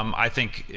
um i think,